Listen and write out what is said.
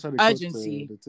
urgency